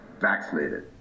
vaccinated